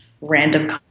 random